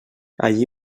allí